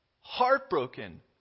heartbroken